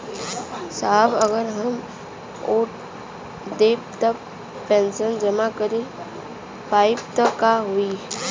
साहब अगर हम ओ देट पर पैसाना जमा कर पाइब त का होइ?